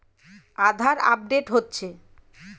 আধার update হচ্ছে?